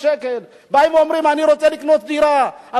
אני פשוט לא מבין מה ראש הממשלה הזה רוצה לעשות מהמדינה הזאת,